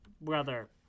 brother